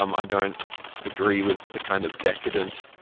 um i don't agree with the kind of decadent,